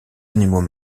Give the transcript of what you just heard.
animaux